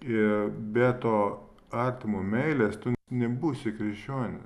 ir be to artimo meilės tu nebūsi krikščioniu